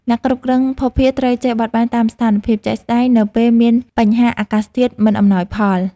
អ្នកគ្រប់គ្រងភស្តុភារត្រូវចេះបត់បែនតាមស្ថានភាពជាក់ស្តែងនៅពេលមានបញ្ហាអាកាសធាតុមិនអំណោយផល។